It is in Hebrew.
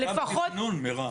תוקצב רק תכנון, מירב.